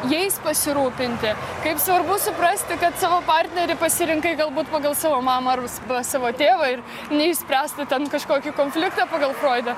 jais pasirūpinti kaip svarbu suprasti kad savo partnerį pasirinkai galbūt pagal savo mamą arba savo tėvą ir neišspręstą ten kažkokį konfliktą pagal froidą